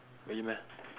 really meh